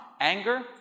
Anger